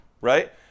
right